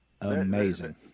Amazing